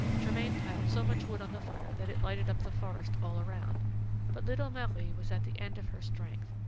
germain piled so much wood on the fire that it lighted up the forest all around but little marie was at the end of her strength,